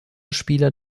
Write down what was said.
spieler